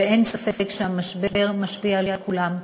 ואין ספק שהמשבר משפיע על כולם.